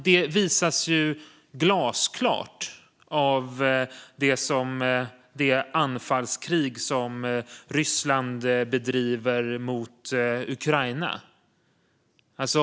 Detta visas glasklart av det anfallskrig som Ryssland bedriver mot Ukraina.